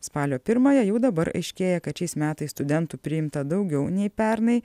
spalio pirmąją jau dabar aiškėja kad šiais metais studentų priimta daugiau nei pernai